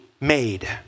made